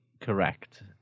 correct